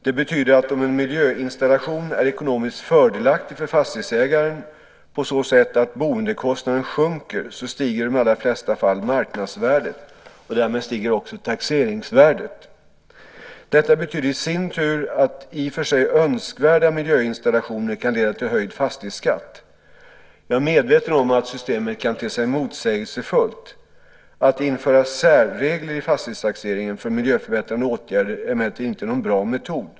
Det betyder att om en miljöinstallation är ekonomiskt fördelaktig för fastighetsägaren på så sätt att boendekostnaden sjunker så stiger i de allra flesta fall marknadsvärdet och därmed stiger också taxeringsvärdet. Detta betyder i sin tur att i och för sig önskvärda miljöinstallationer kan leda till höjd fastighetsskatt. Jag är medveten om att systemet kan te sig motsägelsefullt. Att införa särregler i fastighetstaxeringen för miljöförbättrande åtgärder är emellertid inte någon bra metod.